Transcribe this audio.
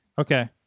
Okay